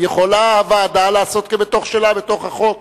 יכולה הוועדה לעשות כבתוך שלה בתוך החוק.